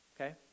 okay